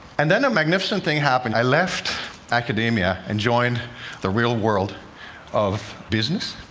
and then a magnificent thing happened i left academia and joined the real world of business,